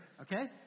Okay